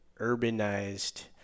urbanized